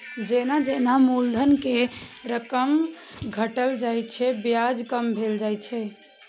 जेना जेना मूलधन के रकम घटल जाइ छै, ब्याज कम भेल जाइ छै